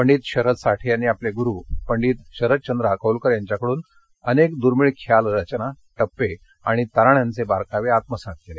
पंडित शरद साठे यांनी आपले गुरु पंडित शरदचंद्र अकोलकर यांच्याकडून अनेक दुर्मिळ ख्याल रचना टप्पे आणि तराण्यांचे बारकावे आत्मसात केले